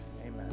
Amen